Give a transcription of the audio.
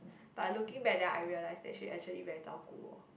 but looking back then I realize that she actually very 照顾我